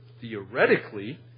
theoretically